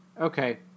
Okay